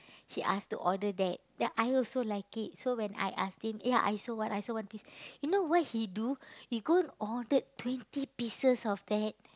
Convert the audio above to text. she ask to order that then I also like it so when I asked him eh I also want I also want please you know what he do he go ordered twenty pieces of that